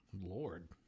Lord